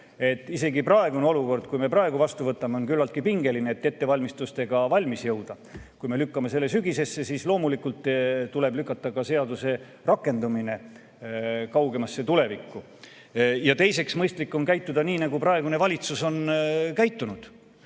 isegi see olukord, kui me praegu vastu võtame, on küllaltki pingeline, et ettevalmistustega valmis jõuda. Kui me lükkame selle sügisesse, siis loomulikult tuleb lükata ka seaduse rakendamine kaugemasse tulevikku. Teiseks, mõistlik on käituda nii, nagu praegune valitsus on käitunud.